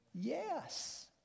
Yes